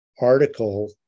article